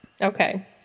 Okay